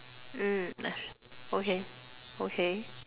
mm that's okay okay